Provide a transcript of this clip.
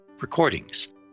recordings